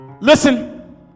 listen